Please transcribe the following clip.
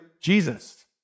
Jesus